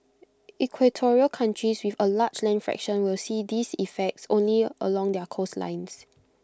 equatorial countries with A large land fraction will see these effects only along their coastlines